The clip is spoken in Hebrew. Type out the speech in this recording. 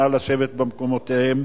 נא לשבת במקומותיהם,